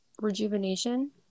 rejuvenation